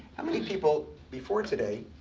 how many people, before today,